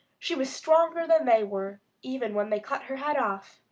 she was stronger than they were even when they cut her head off.